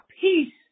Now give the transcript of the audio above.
peace